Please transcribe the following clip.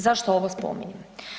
Zašto ovo spominjem?